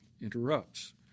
interrupts